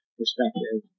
perspective